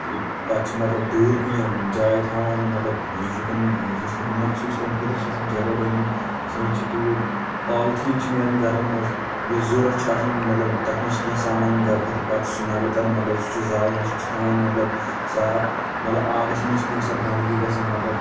پَتہٕ چھِ مطلب دوٗر کُنہِ جایہِ تھاوان مطلب یِکُن یِس مَخصوٗص تَمہِ خٲطرٕ چھِ آسان جگہ بنیٚمٕژ ژٕھنان چھِ توٗرۍ پالِتھیٖن چھِ نیران گَرَن منٛز یُس ضروٗرَت چھُ آسان مطلب تَتھ منٛز چھِ کینٛہہ سامان گَرٕ خٲطرٕ پَتہٕ چھُ سُہ نٮ۪بَر کَران مطلب سُہ چھُ زالُن سُہ تہِ چھِ تھاوُن مطلب صاف مطلب آبس منٛز چھِ کُنہِ ساتہٕ گنٛدگی گَژھان مطلب